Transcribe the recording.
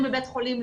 תחינות,